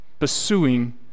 pursuing